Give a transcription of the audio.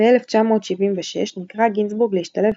ב-1976 נקרא גינזבורג להשתלב,